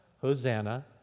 hosanna